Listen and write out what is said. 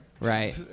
Right